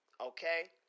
okay